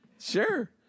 Sure